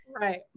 Right